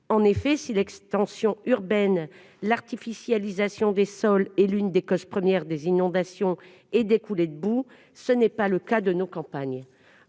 En effet, si l'extension urbaine, qui implique l'artificialisation des sols, est l'une des causes premières des inondations et des coulées de boue, ce n'est pas le cas de nos campagnes.